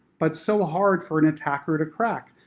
but so ah hard for an attacker to crack.